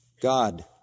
God